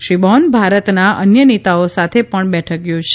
Shri Bon ભારતના અન્ય નેતાઓ સાથે પણ બેઠક યોજશે